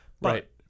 Right